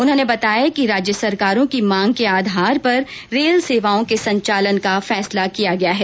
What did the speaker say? उन्होंने बताया कि राज्य सरकारों की मांग के आधार पर विर्शेष रेल सेवाओं के संचालन का फैसला किया जा रहा है